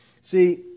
See